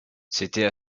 c’était